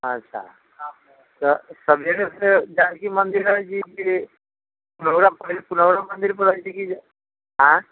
अच्छा तऽ सवेरेसँ जानकी मन्दिर रहै छियै कि पुनौरा पुनौरा मन्दिरपर रहै छियै कि आँय